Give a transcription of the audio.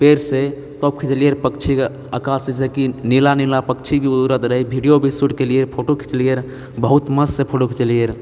पेड़सँ तब खिचलियैरऽ पक्षीके आकाश जैसेकी नीला नीला पक्षी भी उड़ैत रहै वीडियो भी शूट केलियै फोटो खिचलियैरऽ बहुत मस्त से फोटो खिचलियैरऽ